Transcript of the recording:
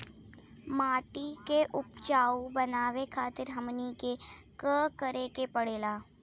माटी के उपजाऊ बनावे खातिर हमनी के का करें के पढ़ेला?